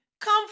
Come